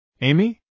Amy